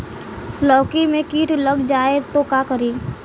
लौकी मे किट लग जाए तो का करी?